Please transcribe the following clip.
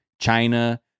China